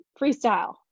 freestyle